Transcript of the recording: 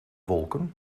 wolken